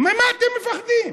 ממה אתם מפחדים?